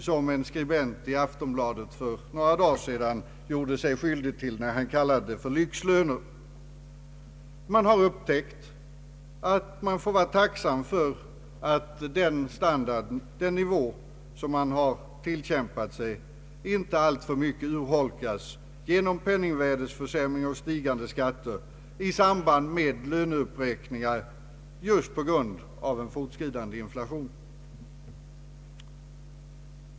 Detta gäller nu inte bara relativt högavlönade tjänstemän och folk som lyckats ta sig upp i chefsställning, utan det gäller högst vanliga arbetstagare i mellanlönegrader med mellaninkomster, som verkligen inte förtjänar den vidbeteckning, som en skribent i Aftonbladet för några dagar sedan gjorde sig skyldig till när han kallade det för ”lyxlöner”.